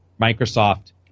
Microsoft